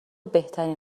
بهترین